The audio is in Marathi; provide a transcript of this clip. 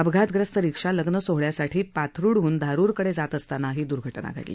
अपघातग्रस्त रिक्षा लग्न सोहळ्यासाठी पाथरुडह्न धारुरकडे जात असताना ही द्र्घटना घडली